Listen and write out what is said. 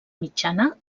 mitjana